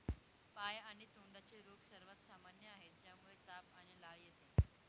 पाय आणि तोंडाचे रोग सर्वात सामान्य आहेत, ज्यामुळे ताप आणि लाळ येते